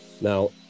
now